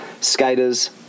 skaters